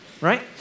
Right